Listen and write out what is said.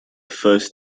first